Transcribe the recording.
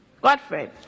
Godfrey